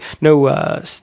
No